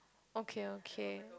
okay okay